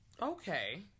Okay